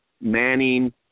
Manning